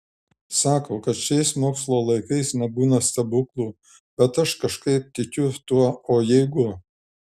sako kad šiais mokslo laikais nebūna stebuklų bet aš kažkaip tikiu tuo o jeigu